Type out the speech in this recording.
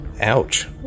Ouch